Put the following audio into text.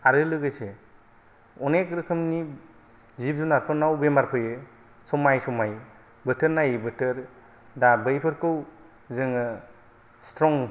आरो लोगोसे अनेख रोखोमनि जिब जुनादफोरनाव बेमार फैयो समाय समाय बोथोर नायै बोथोर दा बैफोरखौ जोङो स्ट्रं